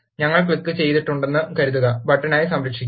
ഞങ്ങൾ ക്ലിക്കുചെയ് തിട്ടുണ്ടെന്ന് കരുതുക ബട്ടണായി സംരക്ഷിക്കുക